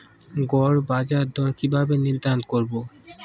গড় বাজার দর কিভাবে নির্ধারণ করব?